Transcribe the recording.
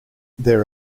there